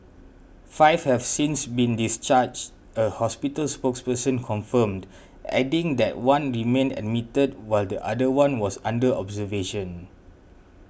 five have since been discharged a hospital spokesperson confirmed adding that one remained admitted while the other one was under observation